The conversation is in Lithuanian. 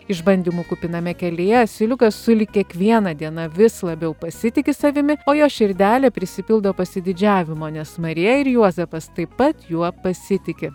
išbandymų kupiname kelyje asiliukas sulig kiekviena diena vis labiau pasitiki savimi o jo širdelė prisipildo pasididžiavimo nes marija ir juozapas taip pat juo pasitiki